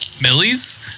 millies